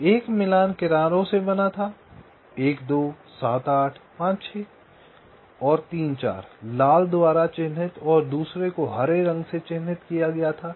तो एक मिलान किनारों से बना था 1 2 7 8 5 6 और 3 4 लाल द्वारा चिह्नित और दूसरे को हरे रंग से चिह्नित किया गया था